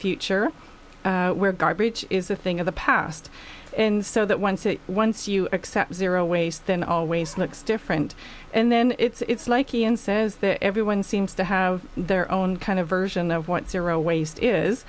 future where garbage is a thing of the past and so that once it once you accept zero waste then always looks different and then it's like ian says that everyone seems to have their own kind of version of what zero waste is